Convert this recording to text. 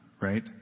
right